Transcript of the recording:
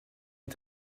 est